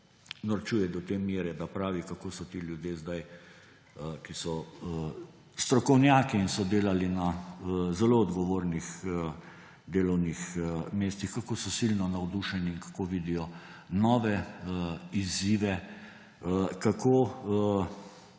norčuje do te mere, da pravi, kako so ti ljudje, ki so strokovnjaki in so delali na zelo odgovornih delovnih mestih, silno navdušeni in kako vidijo nove izzive, kako